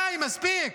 די, מספיק.